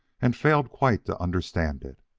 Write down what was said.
and failed quite to understand it.